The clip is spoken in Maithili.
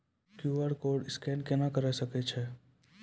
क्यू.आर कोड स्कैन केना करै सकय छियै?